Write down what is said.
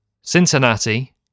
Cincinnati